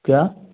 क्या